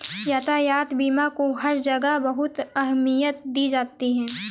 यातायात बीमा को हर जगह बहुत अहमियत दी जाती है